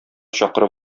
чакырып